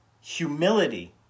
humility